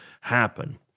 happen